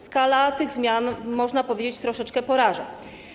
Skala tych zmian, można powiedzieć, troszeczkę poraża.